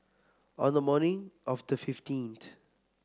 on the morning of the fifteenth